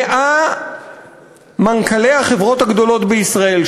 100 מנכ"לי החברות הגדולות בישראל,